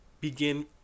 begin